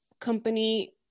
company